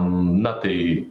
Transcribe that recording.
na tai